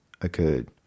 occurred